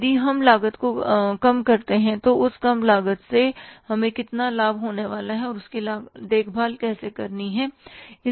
यदि हम लागत को कम करते हैं तो उस कम लागत से हमें कितना लाभ होने वाला है और उसकी देखभाल कैसे करनी है